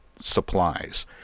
supplies